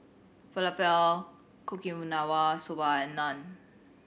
Falafel Okinawa Soba and Naan